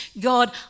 God